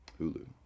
Hulu